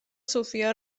سوفیا